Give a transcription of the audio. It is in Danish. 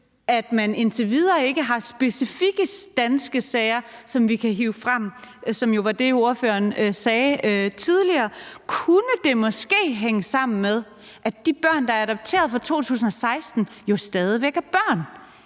at vi indtil videre ikke har specifikke danske sager, som vi kan hive frem, som jo var det, ordføreren sagde tidligere, måske hænge sammen med, at de børn, der er adopteret fra 2016, jo stadig væk er børn?